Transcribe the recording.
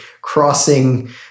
crossing